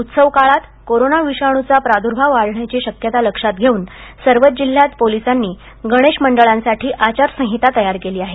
उत्सव काळात कोरोना विषाणूचा प्रादुर्भाव वाढण्याची शक्यता लक्षात घेऊन सर्वच जिल्ह्यांत पोलिसांनी गणेश मंडळांसाठी आचारसंहिता तयार केली आहे